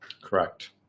correct